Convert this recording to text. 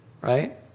Right